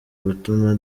gutuma